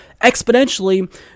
exponentially